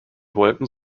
wolken